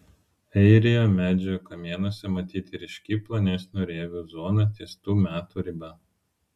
airijoje medžių kamienuose matyti ryški plonesnių rievių zona ties tų metų riba